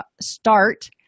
start